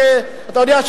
כאלה,